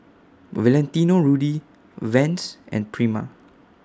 Valentino Rudy Vans and Prima